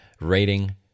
rating